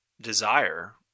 desire